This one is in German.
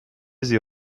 sie